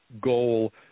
goal